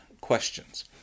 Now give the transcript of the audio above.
questions